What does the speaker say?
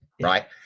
right